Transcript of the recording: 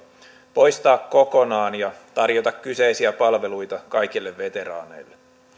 poistaa kokonaan ja tarjota kyseisiä palveluita kaikille veteraaneille